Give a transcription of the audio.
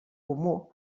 comú